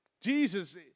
Jesus